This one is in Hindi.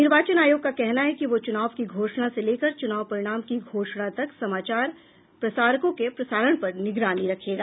निर्वाचन आयोग का कहना है कि वह चुनाव की घोषणा से लेकर चुनाव परिणाम की घोषणा तक समाचार प्रसारकों के प्रसारण पर निगरानी रखेगा